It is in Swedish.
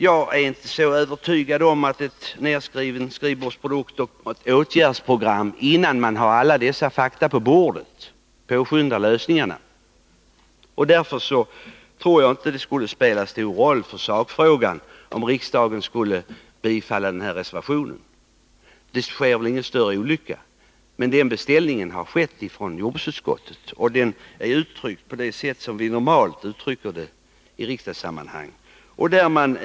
Jag är inte övertygad om att en skrivbordsprodukt i form av ett åtgärdsprogram, innan man har alla fakta på bordet, påskyndar lösningen. Därför tror jag inte att det för sakfrågan skulle spela stor roll, om riksdagen biföll reservationen. Därmed skulle inte ske någon större olycka. Men här har gjorts en beställning av jordbruksutskottet. Den är uttryckt på det sätt som är brukligt i riksdagssammanhang.